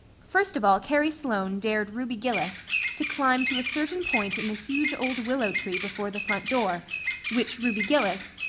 first of all carrie sloane dared ruby gillis to climb to a certain point in the huge old willow tree before the front door which ruby gillis,